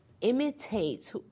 imitate